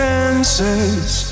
answers